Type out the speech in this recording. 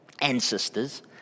Ancestors